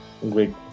great